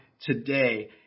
today